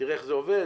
תראה איך זה עובד.